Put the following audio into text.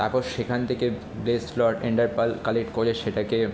তারপর সেখান থেকে বেস প্লট ইন্টারপ্যাল কালেক্ট করে সেটাকে